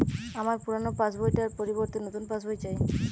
আমার পুরানো পাশ বই টার পরিবর্তে নতুন পাশ বই চাই